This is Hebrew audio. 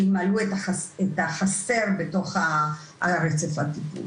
שימלאו את החסר בתוך הרצף הטיפולי.